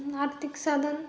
आर्थिक साधन